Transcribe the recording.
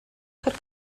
could